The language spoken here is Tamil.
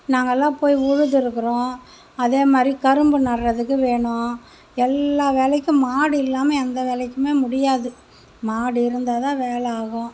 நாங்கள் எல்லாம் போய் உழுது இருக்குறோம் அதே மாதிரி கரும்பு நட்றதுக்கு வேண்டும் எல்லா வேலைக்கும் மாடு இல்லாம எந்த வேலைக்குமே முடியாது மாடு இருந்தா தான் வேலை ஆகும்